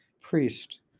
Priest